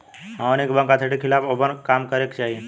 हमनी के bank authority के खिलाफ या ओभर काम न करे के चाही